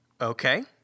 Okay